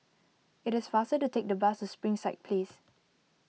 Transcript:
it is faster to take the bus to Springside Place